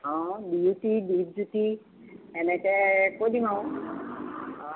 অঁ বিউটী দীপজ্যোতি এনেকৈ কৈ দিম আৰু অঁ